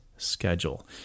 Schedule